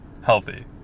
healthy